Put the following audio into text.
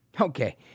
Okay